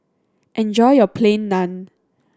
enjoy your Plain Naan